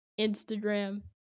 Instagram